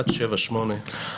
עד שבע-שמונה.